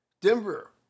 Denver